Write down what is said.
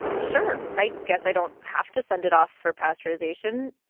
sure, i guess i don't have to send it off for pasteurization.